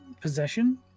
possession